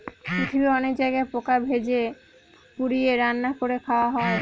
পৃথিবীর অনেক জায়গায় পোকা ভেজে, পুড়িয়ে, রান্না করে খাওয়া হয়